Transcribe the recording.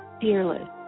fearless